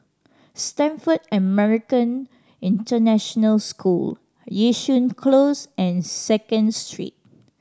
Stamford American International School Yishun Close and Second Street